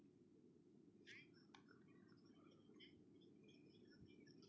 mm